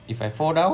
if I fall down